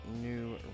New